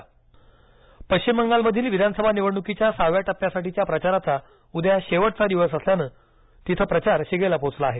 पश्चिम बंगाल निवडणक पश्चिम बंगालमधील विधानसभा निवडणुकीच्या सहाव्या टप्प्यासाठीच्या प्रचाराचा उद्या शेवटचा दिवस असल्यानं तिथं प्रचार शिगेला पोहोचला आहे